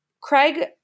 Craig